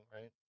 right